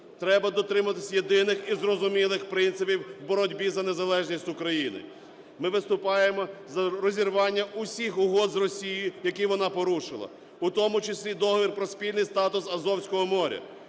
Треба дотримуватись єдиних і зрозумілих принципів в боротьбі за незалежність України. Ми виступаємо за розірвання усіх угод з Росією, які вона порушила, у тому числі Договір про спільний статус Азовського моря.